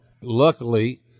Luckily